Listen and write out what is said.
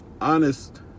honest